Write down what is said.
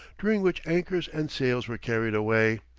during which anchors and sails were carried away,